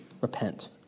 Repent